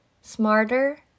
smarter